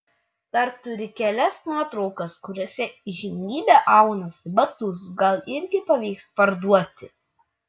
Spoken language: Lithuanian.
dar turi kelias nuotraukas kuriose įžymybė aunasi batus gal irgi pavyks parduoti